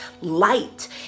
light